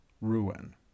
ruin